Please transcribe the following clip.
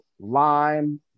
lime